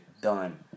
done